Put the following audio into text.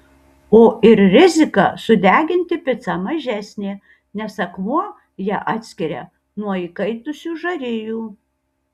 o ir rizika sudeginti picą mažesnė nes akmuo ją atskiria nuo įkaitusių žarijų